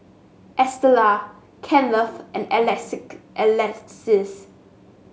Estella Kenneth and Alexis